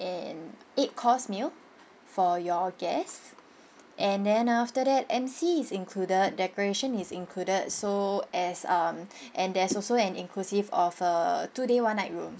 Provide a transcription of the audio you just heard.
an eight course meal for your guess and then after that emcee is included decoration is included so as um and there's also an inclusive of a two day one night room